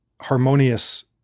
harmonious